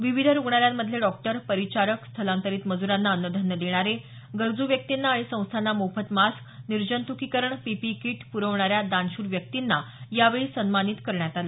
विविध रुग्णालयांमधले डॉक्टर परिचारक स्थलांतरित मज्रांना अन्नधान्य देणारे गरजू व्यक्तींना आणि संस्थांना मोफत मास्क निर्जंतुकीकरण पीपीई किट पुरवणाऱ्या दानशूर व्यक्तींना यावेळी सन्मानित करण्यात आलं